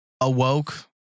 awoke